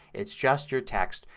it's just your text.